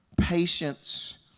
Patience